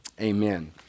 Amen